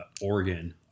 Oregon